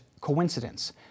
coincidence